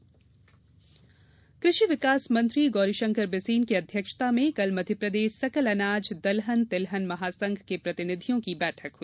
किसान कल्याण बैठक कृषि विकास मंत्री गौरीशंकर बिसेन की अध्यक्षता में कल मध्यप्रदेश सकल अनाज दलहन तिलहन महासंघ के प्रतिनिधियों के साथ बैठक की